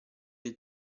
del